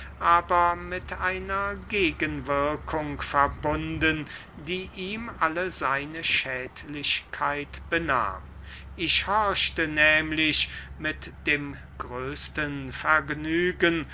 aber mit einer gegenwirkung verbunden die ihm alle seine schädlichkeit benahm ich horchte nehmlich mit dem größten vergnügen